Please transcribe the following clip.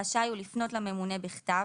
רשאי הוא לפנות לממונה בכתב,